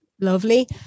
lovely